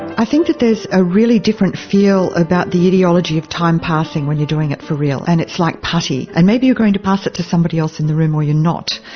i think that there's a really different feel about the ideology of time passing when you're doing it for real, and it's like putty. and maybe you're going to pass it to somebody else in the room or you're not.